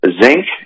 zinc